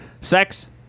Sex